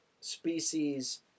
species